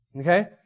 Okay